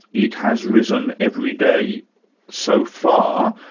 it has risen every day so far,